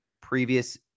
previous –